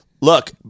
Look